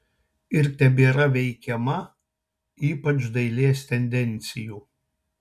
ir tebėra veikiama ypač dailės tendencijų